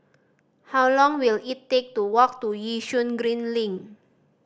how long will it take to walk to Yishun Green Link